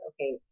okay